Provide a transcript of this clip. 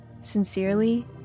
Sincerely